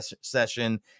session